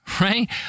right